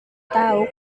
tahu